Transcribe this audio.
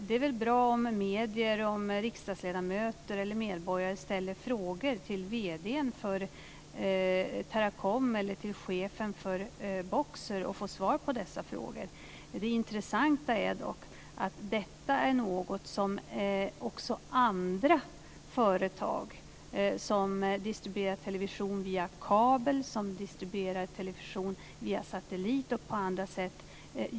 Det är väl bra om medier, riksdagsledamöter eller medborgare ställer frågor till vd:n för Teracom eller till chefen för Boxer och får svar på dessa frågor. Det intressanta är dock att detta gör också andra företag som distribuerar television via kabel, satellit och på andra sätt.